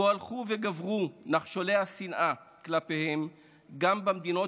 שבו הלכו וגברו נחשולי השנאה כלפיהם גם במדינות